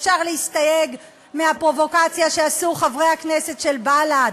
אפשר להסתייג מהפרובוקציה שעשו חברי הכנסת של בל"ד,